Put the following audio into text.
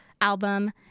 album